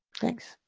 thanks.